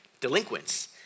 delinquents